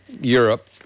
Europe